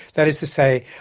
that is to say,